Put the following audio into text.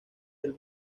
del